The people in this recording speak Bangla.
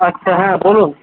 আচ্ছা হ্যাঁ বলুন